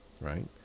right